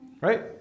Right